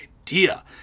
idea